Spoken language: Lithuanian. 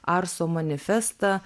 arso manifestą